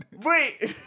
Wait